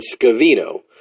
Scavino